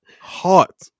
Hot